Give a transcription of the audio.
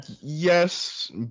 yes